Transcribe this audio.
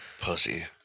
pussy